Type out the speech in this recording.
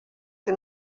que